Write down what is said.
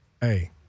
hey